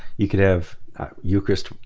you could have eucharist.